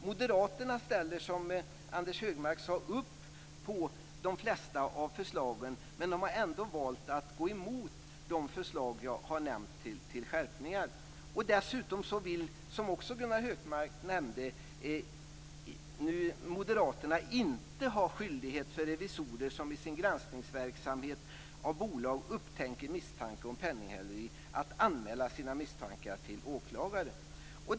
Moderaterna ställer, som Anders Högmark säger, upp på de flesta av förslagen men har ändå valt att gå emot de förslag till skärpningar som jag har nämnt. Dessutom vill Moderaterna, som också Anders Högmark nämnde, inte ha skyldighet för revisorer som i sin verksamhet med granskning av bolag upptäcker misstanke om penninghäleri att anmäla sina misstankar till åklagare.